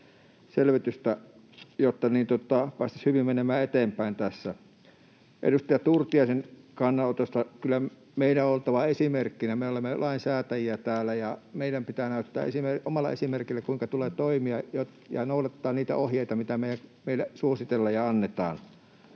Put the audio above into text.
lisäselvitystä, jotta päästäisiin hyvin menemään eteenpäin tässä. Edustaja Turtiaisen kannanotosta: Kyllä meidän on oltava esimerkkinä. Me olemme lainsäätäjiä täällä, ja meidän pitää näyttää omalla esimerkillä, kuinka tulee toimia, ja noudattaa niitä ohjeita, mitä meille suositellaan ja annetaan.